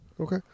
Okay